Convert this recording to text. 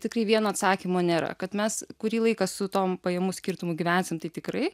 tikrai vieno atsakymo nėra kad mes kurį laiką su tom pajamų skirtumu gyvensim tai tikrai